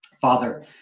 Father